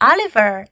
Oliver